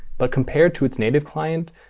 but compared to its native client,